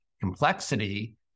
complexity